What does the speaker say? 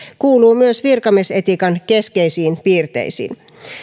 kuuluu myös virkamiesetiikan keskeisiin piirteisiin